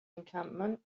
encampment